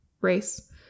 race